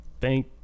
Thank